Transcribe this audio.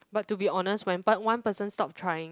but to be honest when part one person stop trying